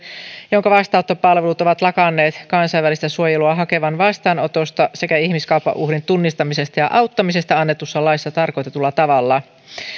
jonka vastaanottopalvelut ovat lakanneet kansainvälistä suojelua hakevan vastaanotosta sekä ihmiskaupan uhrin tunnistamisesta ja ja auttamisesta annetussa laissa tarkoitetulla tavalla